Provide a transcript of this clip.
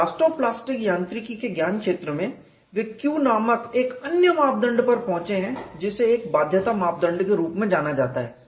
elasto plastic यांत्रिकी के ज्ञानक्षेत्र में वे Q नामक एक अन्य मापदंड पर पहुंचे हैं जिसे एक बाध्यता मापदंड के रूप में जाना जाता है